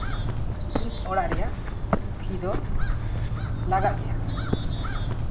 ᱤᱛᱩᱱ ᱚᱲᱟᱜ ᱨᱮᱭᱟᱜ ᱯᱷᱤ ᱫᱚ ᱞᱟᱜᱟᱜ ᱜᱮᱭᱟ